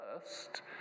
first